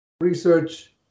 research